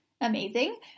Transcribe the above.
amazing